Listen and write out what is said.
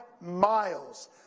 miles